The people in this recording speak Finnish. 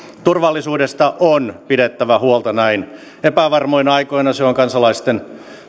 turvallisuudesta on pidettävä huolta näin epävarmoina aikoina se on kansalaisten